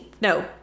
No